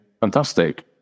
fantastic